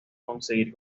conseguir